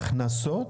הכנסות,